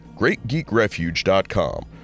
greatgeekrefuge.com